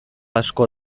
asko